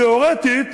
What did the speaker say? תיאורטית,